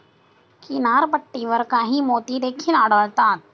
किनारपट्टीवर काही मोती देखील आढळतात